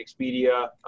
Expedia